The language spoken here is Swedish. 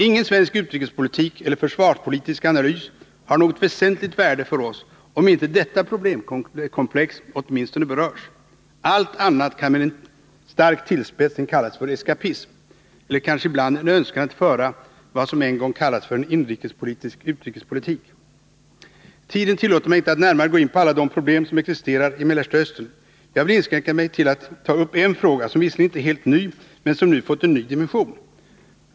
Ingen svensk utrikespolitik eller försvarspolitisk analys har något väsentligt värde för oss om inte detta problemkomplex åtminstone berörs. Allt annat kan med en stark tillspetsning kallas för eskapism, eller kanske ibland för en önskan att föra vad som en gång kallats för en inrikespolitisk utrikespolitik. Tiden tillåter mig inte att närmare gå in på alla de problem som existerar i Mellersta Östern. Jag vill inskränka mig till att ta upp en fråga som visserligen inte är helt ny men som nu fått en ny dimension.